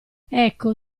ecco